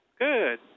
Good